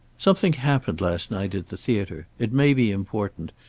something happened last night at the theater. it may be important.